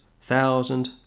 thousand